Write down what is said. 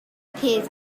appears